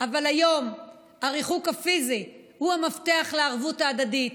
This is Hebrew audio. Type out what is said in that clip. אבל היום הריחוק הפיזי הוא המפתח לערבות ההדדית,